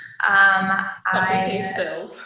I-